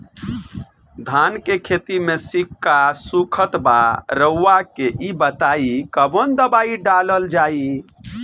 धान के खेती में सिक्का सुखत बा रउआ के ई बताईं कवन दवाइ डालल जाई?